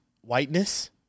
whiteness